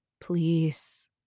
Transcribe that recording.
please